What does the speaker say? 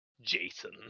Jason